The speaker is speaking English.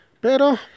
pero